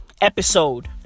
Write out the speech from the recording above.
Episode